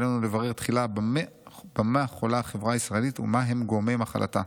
עלינו לברר תחילה במה חולה החברה הישראלית ומה הם גורמי מחלתה.